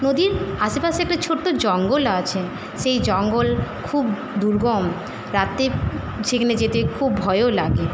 নদীর আশেপাশে একটা ছোট্টো জঙ্গলও আছে সেই জঙ্গল খুব দুর্গম রাতে সেখানে যেতে খুব ভয়ও লাগে